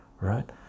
right